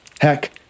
Heck